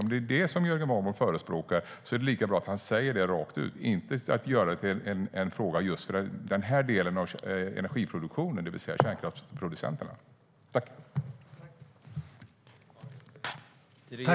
Om det är vad Jörgen Warborn förespråkar är det lika bra att han säger det rakt ut och inte gör det till en fråga för just den här delen av energiproduktionen, det vill säga kärnkraftsproducenterna.